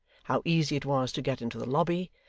how easy it was to get into the lobby,